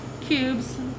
cubes